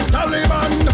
Taliban